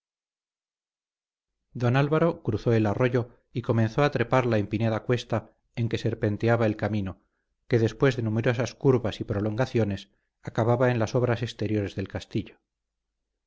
don álvaro cruzó el arroyo y comenzó a trepar la empinada cuesta en que serpenteaba el camino que después de numerosas curvas y prolongaciones acababa en las obras exteriores del castillo